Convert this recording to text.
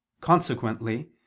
Consequently